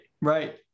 right